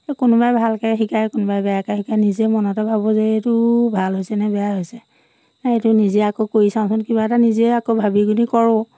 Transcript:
এই কোনোবাই ভালকৈ শিকায় কোনোবাই বেয়াকৈ শিকায় নিজে মনতে ভাবোঁ যে এইটো ভাল হৈছেনে বেয়া হৈছে নাই এইটো নিজে আকৌ কৰি চাওঁচোন কিবা এটা নিজে আকৌ ভাবি গুণি কৰোঁ